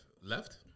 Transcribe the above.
left